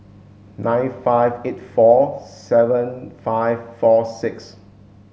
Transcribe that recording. nine five eight four seven five four six